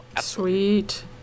sweet